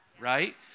Right